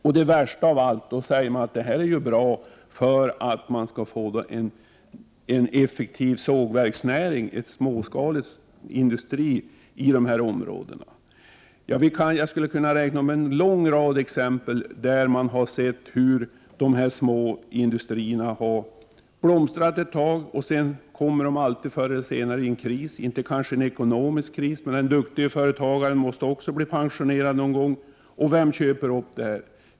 Och det värsta av allt: Då säger man att detta är bra, för man kan få en effektiv sågverksnäring, en småskalig industri i de här områdena. Jag skulle kunna räkna upp en lång rad exempel på hur de här små industrierna har blomstrat ett tag, men hur de sedan, förr eller senare, alltid kommer i en kris. Det kanske inte är en ekonomisk kris, men också en duktig företagare måste bli pensionerad någon gång. Vem köper då upp företaget?